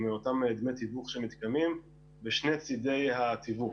מאותם דמי תיווך שמתקיימים משני צדי התיווך,